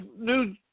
new